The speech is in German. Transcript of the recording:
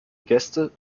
gäste